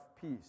peace